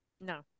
No